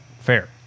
fair